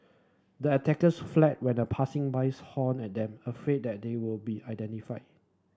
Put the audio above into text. the attackers fled when a passing bus honked at them afraid that they would be identified